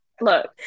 look